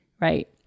right